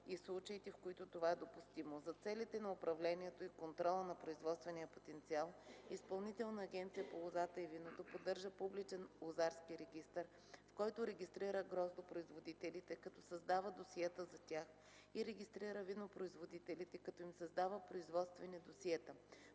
и случаите, в които това е допустимо. За целите на управлението и контрола на производствения потенциал Изпълнителната агенция по лозата и виното поддържа публичен лозарски регистър, в който регистрира гроздопроизводителите, като създава досиета за тях, и регистрира винопроизводителите, като им създава производствени досиета.